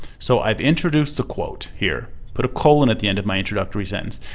so i've introduced the quote here, put a colon at the end of my introductory sentence,